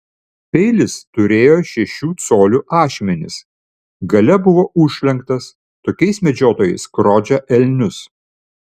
peilis turėjo šešių colių ašmenis gale buvo užlenktas tokiais medžiotojai skrodžia elnius